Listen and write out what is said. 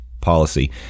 policy